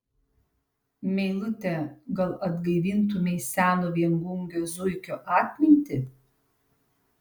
meilute gal atgaivintumei seno viengungio zuikio atmintį